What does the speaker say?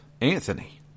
Anthony